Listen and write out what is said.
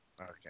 Okay